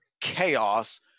chaos